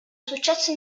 successo